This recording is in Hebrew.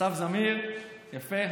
אסף זמיר, יפה.